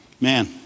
man